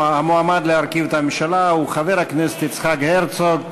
המועמד להרכיב את הממשלה הוא חבר הכנסת יצחק הרצוג.